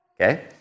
Okay